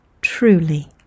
truly